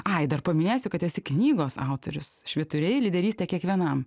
tai dar paminėsiu kad esi knygos autorius švyturiai lyderystė kiekvienam